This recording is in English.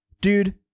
dude